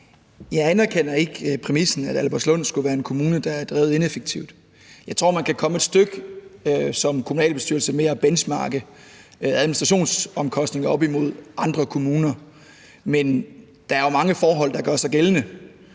Jeg anerkender ikke præmissen, at Albertslund skulle være en kommune, der er drevet ineffektivt. Jeg tror, man kan komme et stykke som kommunalbestyrelse med at benchmarke administrationsomkostninger op imod andre kommuner, men der er jo mange forhold, der gør sig gældende